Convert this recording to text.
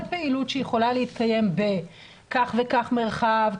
פעילות שיכולה להתקיים בכך וכך מרחב,